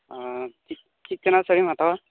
ᱚᱻ ᱪᱮᱫ ᱞᱮᱠᱟᱱᱟᱜ ᱥᱟᱲᱤᱢ ᱦᱟᱛᱟᱣᱟ